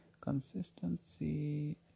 consistency